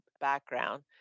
background